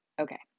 Okay